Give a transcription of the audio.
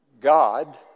God